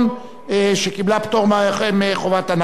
שקיבלה פטור מחובת הנחה.